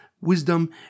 wisdom